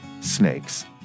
snakes